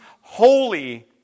holy